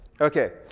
Okay